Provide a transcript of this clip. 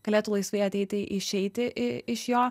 galėtų laisvai ateiti išeiti iš jo